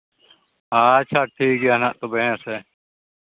ᱟᱪᱪᱷᱟ ᱴᱷᱤᱠ ᱦᱟᱸᱜ ᱛᱚᱵᱮ ᱦᱮᱸ ᱥᱮ